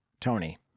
Tony